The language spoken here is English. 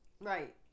Right